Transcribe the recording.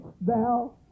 thou